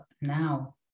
now